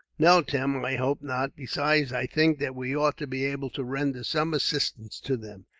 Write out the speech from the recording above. no, tim, i hope not. besides, i think that we ought to be able to render some assistance to them.